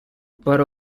but